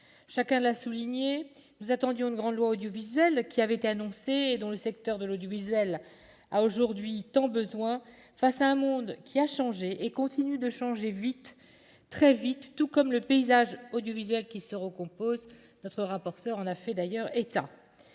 Chacun l'a souligné, nous attendions une grande loi audiovisuelle, qui avait été annoncée et dont le secteur a aujourd'hui tant besoin, face à un monde qui a changé et qui continue de changer vite, très vite, tout comme le paysage audiovisuel qui se recompose- le rapporteur en a fait état.